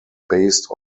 based